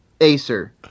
Acer